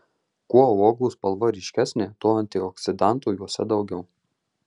kuo uogų spalva ryškesnė tuo antioksidantų jose daugiau